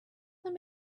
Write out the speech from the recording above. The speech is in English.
them